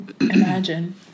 Imagine